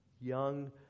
young